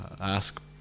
ask